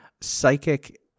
psychic